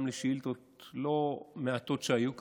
גם לשאילתות לא מעטות שהיו כאן,